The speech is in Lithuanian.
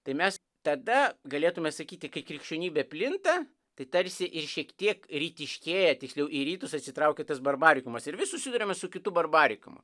tai mes tada galėtume sakyti kai krikščionybė plinta tai tarsi ir šiek tiek rytiškėja tiksliau į rytus atsitraukia tas barbarikumas ir vis susiduriame su kitu barbarikumu